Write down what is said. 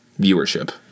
viewership